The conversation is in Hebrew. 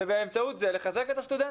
ובאמצעות זה לחזק את הסטודנטים.